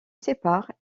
sépare